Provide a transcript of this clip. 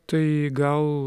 tai gal